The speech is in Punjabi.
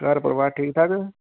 ਘਰ ਪਰਿਵਾਰ ਠੀਕ ਠਾਕ